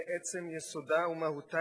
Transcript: מעצם יסודה ומהותה,